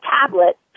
tablet